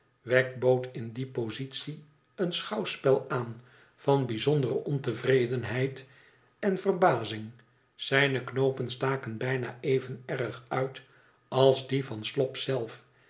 wegg bood in die positie een schouwspel aan van bijzondere ontevredenheid en verbazing zijne knoopen staken bijna even erg uit als die van slop zelf